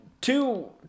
two